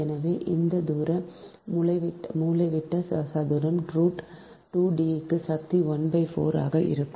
எனவே இந்த தூர மூலைவிட்ட தூரம் ரூட் 2 D க்கு சக்தி 1 4 ஆக இருக்கும்